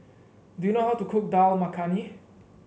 do you know how to cook Dal Makhani